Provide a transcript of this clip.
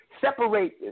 separate